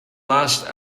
last